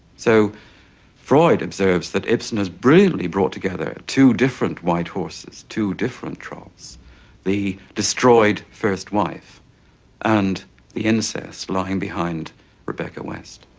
so freud observes that ibsen has brilliantly brought together two different white horses, two different trolls the destroyed first wife and the incest lying behind rebecca west.